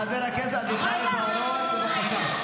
חבר הכנסת אביחי בוארון, בבקשה.